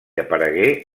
aparegué